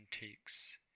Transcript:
takes